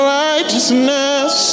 righteousness